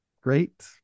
great